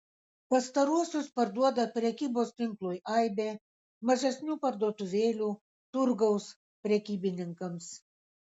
pastaruosius parduoda prekybos tinklui aibė mažesnių parduotuvėlių turgaus prekybininkams